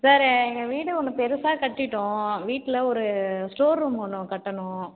sir எங்கள் வீடு ஒன்று பெருசாக கட்டிவிட்டோம் வீட்டில் ஒரு ஸ்டோர் ரூம் ஒன்று கட்டணும்